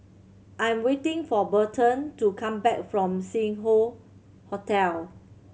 I'm waiting for Berton to come back from Sing Hoe Hotel